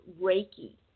Reiki